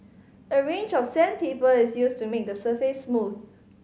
a range of sandpaper is used to make the surface smooth